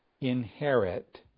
inherit